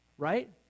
right